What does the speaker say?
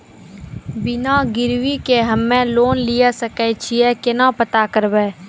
बिना गिरवी के हम्मय लोन लिये सके छियै केना पता करबै?